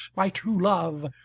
my true love,